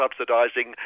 subsidising